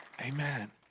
Amen